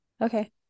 Okay